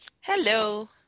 Hello